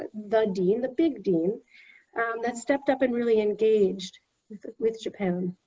ah the dean, the big dean that stepped up and really engaged with japan